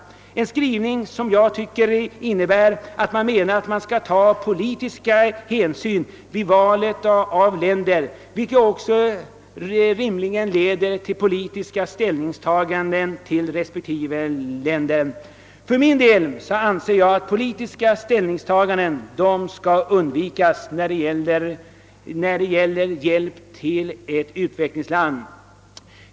Denna skrivning innebär tydligen att politiska hänsyn skall tas vid valet av länder, vilket också rimligen leder till politiska ställningstaganden till respektive länder. För min del anser jag att politiska ställningstaganden skall undvikas när det gäller hjälp till ett utvecklingsland.